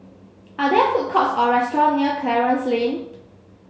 are there food courts or restaurants near Clarence Lane